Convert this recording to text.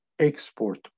export